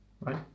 right